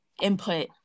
input